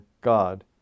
God